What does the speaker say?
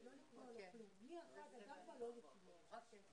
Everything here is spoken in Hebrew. את זה גם לתואר בהנדסה ולתואר